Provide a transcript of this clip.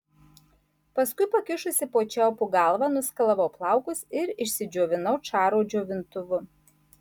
paskui pakišusi po čiaupu galvą nuskalavau plaukus ir išsidžiovinau čaro džiovintuvu